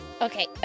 okay